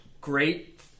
great